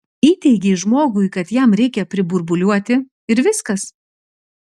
įteigei žmogui kad jam reikia priburbuliuoti ir viskas